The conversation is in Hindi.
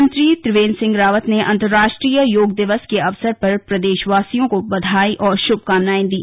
मुख्यमंत्री त्रिवेंद्र सिंह रावत ने अन्तरराष्ट्रीय योग दिवस के अवसर पर प्रदेशवासियों को बधाई और श्भकामनाएं दी